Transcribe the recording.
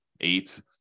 eight